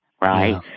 Right